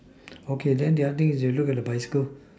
okay then the other thing is that you look at the bicycle